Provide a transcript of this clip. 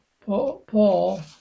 Paul